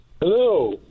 Hello